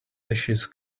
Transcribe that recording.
ashes